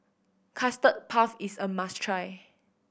Custard Puff is a must try